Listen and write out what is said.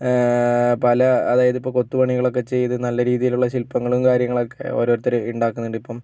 പല അതായത് കൊത്തു പണികളൊക്കെ ചെയ്തു നല്ല രീതിയിലുള്ള ശിൽപ്പങ്ങളും കാര്യങ്ങളൊക്കെ ഓരോരുത്തര് ഉണ്ടാക്കുന്നുണ്ട് ഇപ്പം